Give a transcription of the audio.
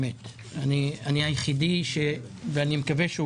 ואני מקווה שהוא